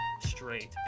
straight